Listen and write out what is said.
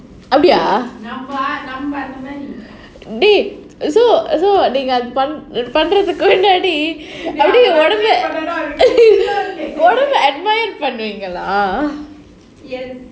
நம்ம அந்த மாதிரி:namma andha maadhiri dey so so நீங்க பண்றதுக்கு முன்னாடி:neenga panrathuku munnaadi admire பண்ணுவீங்களா:pannuveengalaa